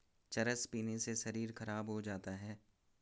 चरस पीने से शरीर खराब हो जाता है